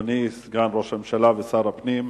אדוני סגן ראש הממשלה ושר הפנים,